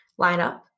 lineup